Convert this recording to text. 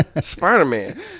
Spider-Man